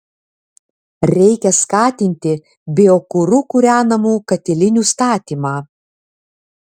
reikia skatinti biokuru kūrenamų katilinių statymą